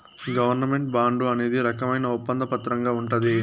government bond అనేది రకమైన ఒప్పంద పత్రంగా ఉంటది